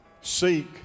Seek